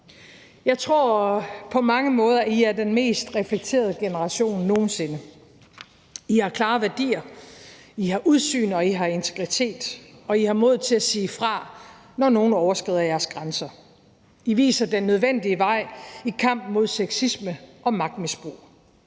Jeg tror, at I på mange måder er den mest reflekterede generation nogen sinde. I har klare værdier, I har udsyn, og I har integritet, og I har mod til at sige fra, når nogen overskrider jeres grænser. I viser den nødvendige vej i kampen mod sexisme og magtmisbrug,